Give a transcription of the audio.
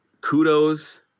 kudos